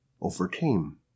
overcame